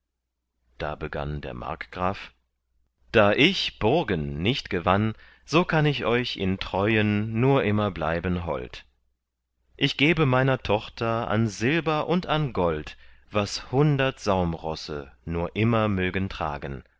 da begann der markgraf da ich burgen nicht gewann so kann ich euch in treuen nur immer bleiben hold ich gebe meiner tochter an silber und an gold was hundert saumrosse nur immer mögen tragen